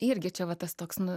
irgi čia va tas toks nu